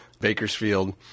Bakersfield